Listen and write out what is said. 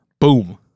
Boom